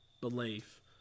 belief